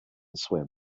swim